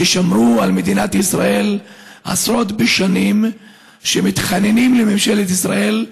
ששמרו על מדינת ישראל עשרות בשנים ומתחננים לממשלת ישראל,